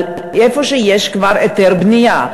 אבל איפה שיש כבר היתר בנייה.